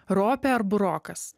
ropė ar burokas